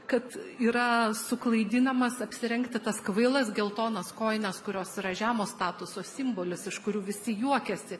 kad yra suklaidinamas apsirengti tas kvailas geltonas kojines kurios yra žemo statuso simbolis iš kurių visi juokiasi